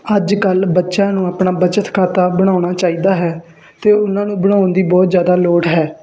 ਅੱਜ ਕੱਲ੍ਹ ਬੱਚਿਆਂ ਨੂੰ ਆਪਣਾ ਬੱਚਤ ਖਾਤਾ ਬਣਾਉਣਾ ਚਾਹੀਦਾ ਹੈ ਅਤੇ ਉਹਨਾਂ ਨੂੰ ਬਣਾਉਣ ਦੀ ਬਹੁਤ ਜ਼ਿਆਦਾ ਲੋੜ ਹੈ